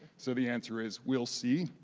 so the answer is we'll see,